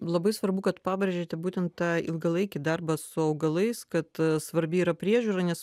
labai svarbu kad pabrėžėte būtent tą ilgalaikį darbą su augalais kad svarbi yra priežiūra nes